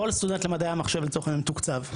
כל סטודנט למדעי המחשב לצורך העניין מתוקצב.